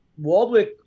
Waldwick